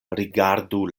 rigardu